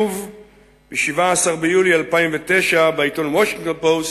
ב-17 ביולי 2009 בעיתון "וושינגטון פוסט"